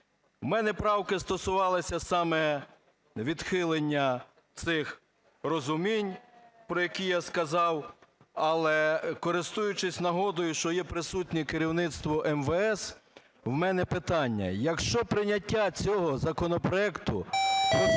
У мене правки стосувалися саме відхилення цих розумінь, про які я сказав. Але, користуючись нагодою, що є присутнє керівництво МВС, у мене питання. Якщо прийняття цього законопроекту